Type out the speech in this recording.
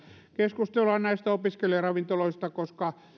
keskustelua näistä opiskelijaravintoloista koska